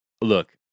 Look